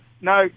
no